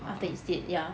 ah